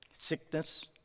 Sickness